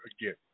again